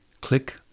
click